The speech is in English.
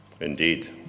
Indeed